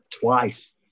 Twice